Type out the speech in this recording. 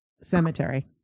Cemetery